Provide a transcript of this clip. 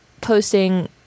posting